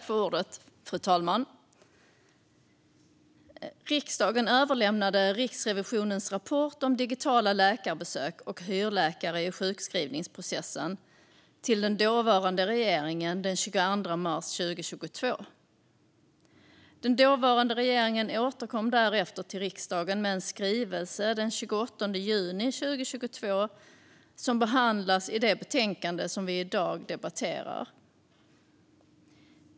Fru talman! Riksdagen överlämnade Riksrevisionens rapport om digitala läkarbesök och besök hos hyrläkare i sjukskrivningsprocessen till den dåvarande regeringen den 22 mars 2022. Den dåvarande regeringen återkom därefter till riksdagen med en skrivelse den 28 juni 2022 som behandlas i det betänkande som vi i dag debatterar.